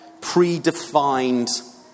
predefined